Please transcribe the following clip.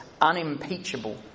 unimpeachable